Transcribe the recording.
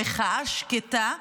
במחאה שקטה,